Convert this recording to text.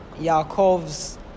Yaakov's